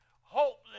hopeless